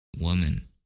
woman